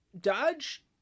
dodge